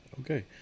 Okay